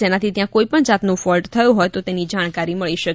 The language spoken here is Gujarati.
જેના થી ત્યાં કોઈ પણ જાત નો ફોલ્ટ થયો હોય તો તેની જાણકારી મળી શકે